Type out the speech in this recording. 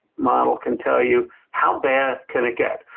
model can tell you how bad can it get.